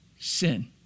Sin